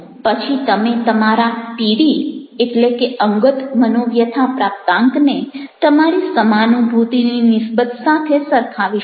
પછી તમે તમારા પીડી અંગત મનોવ્યથા પ્રાપ્તાંકને તમારી સમાનુભૂતિની નિસ્બત સાથે સરખાવી શકો